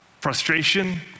Frustration